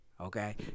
okay